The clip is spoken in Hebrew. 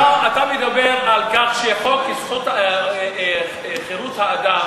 אתה מדבר על כך שחוק-יסוד: כבוד האדם